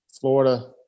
Florida